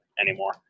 anymore